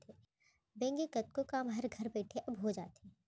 bank के कतको काम हर घर बइठे अब हो जाथे